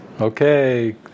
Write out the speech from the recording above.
Okay